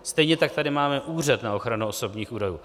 Stejně tak tady máme Úřad na ochranu osobních údajů.